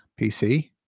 PC